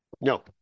No